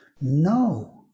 no